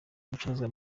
ibicuruzwa